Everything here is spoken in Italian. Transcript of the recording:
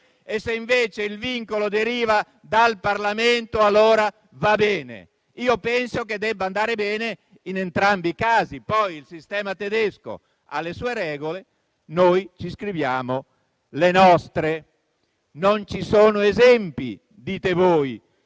mentre se deriva dal Parlamento allora va bene? Penso che debba andare bene in entrambi i casi. Il sistema tedesco ha le sue regole, mentre noi ci scriviamo le nostre. Non ci sono esempi - dite voi